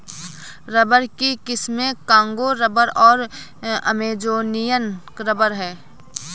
rubber की किस्में Congo rubber और अमेजोनियन रबर हैं